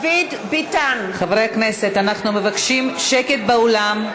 חברי הכנסת, אנחנו מבקשים שקט באולם.